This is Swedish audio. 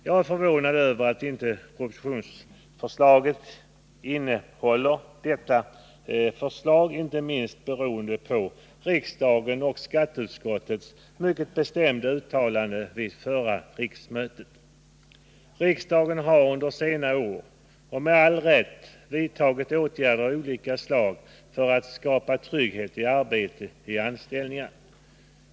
Jag är förvånad över att propositionen inte innehåller detta förslag, inte minst med tanke på riksdagens och skatteutskottets mycket bestämda uttalande vid förra riksmötet. Riksdagen har under senare år — och med all rätt — vidtagit åtgärder av olika slag för att skapa trygghet i anställningar.